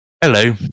Hello